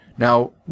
Now